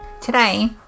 today